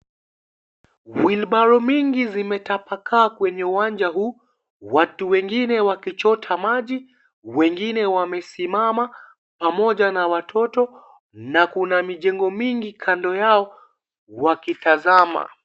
Wheelbarrow mingi zimetapakaa kwenye uwanja huu, watu wengine wakichota maji, wengine wamesimama pamoja na watoto na kuna mijengo mingi kando yao wakitazama.